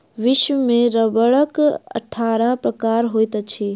विश्व में रबड़क अट्ठारह प्रकार होइत अछि